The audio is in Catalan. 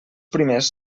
primers